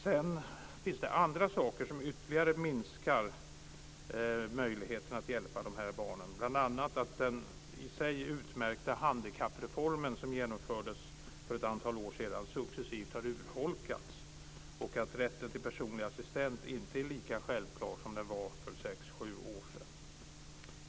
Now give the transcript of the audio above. Sedan finns det andra saker som ytterligare minskar möjligheten att hjälpa de här barnen, bl.a. att den i sig utmärkta handikappreformen som genomfördes för ett antal år sedan successivt har urholkats och att rätten till personlig assistent inte är lika självklar som den var för sex sju år sedan.